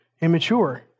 immature